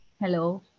Hello